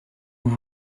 vous